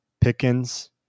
Pickens